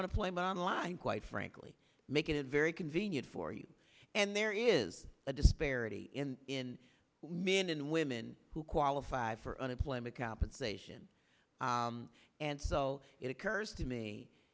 unemployment line quite frankly making it very convenient for you and there is a disparity in in men and women who qualify for unemployment compensation and so it occurs to me